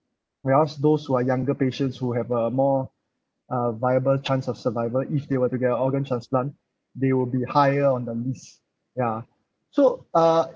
whereas those who are younger patients who have a more uh viable chance of survival if they were to get a organ transplant they will be higher on the list ya so uh